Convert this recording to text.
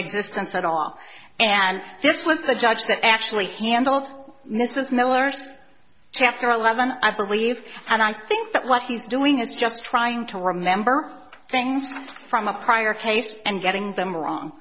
existence at all and this was the judge that actually handled mrs miller's chapter eleven i believe and i think that what he's doing is just trying to remember things from a prior case and getting them